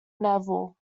neville